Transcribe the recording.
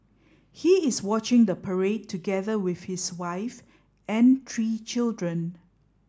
he is watching the parade together with his wife and three children